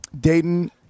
Dayton